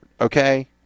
okay